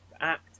act